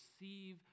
receive